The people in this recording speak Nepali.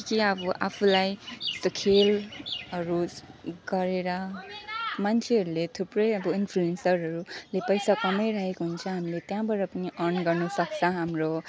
के के अब आफूलाई यस्तो खेलहरू गरेर मान्छेहरूले अब थुप्रै अब इन्फ्लुएन्सरहरूले पैसा कमाइरहेको हुन्छ हामीले त्यहाँबाट पनि अर्न गर्नु सक्छ हाम्रो